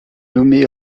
nommée